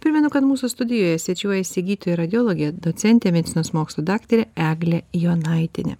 primenu kad mūsų studijoje svečiuojasi gydytoja radiologė docentė medicinos mokslų daktarė eglė jonaitienė